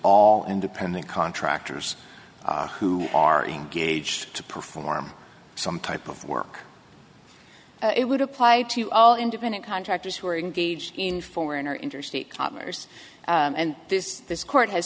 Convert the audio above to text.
all independent contractors who are engaged to perform some type of work it would apply to all independent contractors who are engaged in foreign or interstate commerce and this this court has